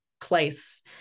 place